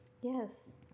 Yes